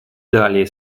далее